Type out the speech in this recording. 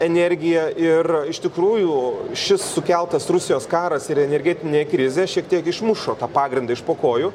energija ir iš tikrųjų šis sukeltas rusijos karas ir energetinė krizė šiek tiek išmušo tą pagrindą iš po kojų